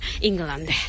England